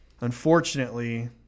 Unfortunately